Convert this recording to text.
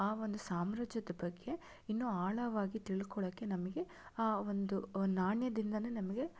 ಆ ಒಂದು ಸಾಮ್ರಾಜ್ಯದ ಬಗ್ಗೆ ಇನ್ನೂ ಆಳವಾಗಿ ತಿಳ್ಕೊಳಕ್ಕೆ ನಮಗೆ ಆ ಒಂದು ನಾಣ್ಯದಿಂದಲೇ ನಮಗೆ